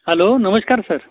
hello नमस्कार sir